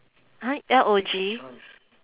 !huh! L O G